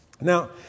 Now